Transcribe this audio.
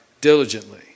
diligently